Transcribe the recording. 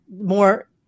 more